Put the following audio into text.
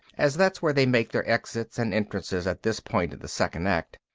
as that's where they make their exits and entrances at this point in the second act.